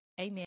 amen